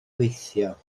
gweithio